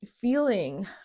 feeling